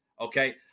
Okay